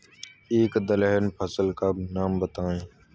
एक दलहन फसल का नाम बताइये